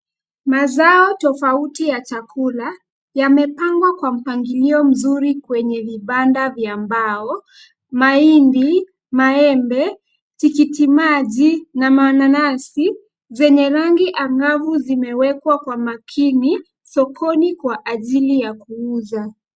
Mazao tofauti ya chalula yamepangwa kwa mpangilio mzuri kwenye vibanda vya mbao, mahindi, maembe, tikitimaji na mananasi zenye rangi angavu, zimewekwa kwa makini sokoni kwa ajili ya kuuza.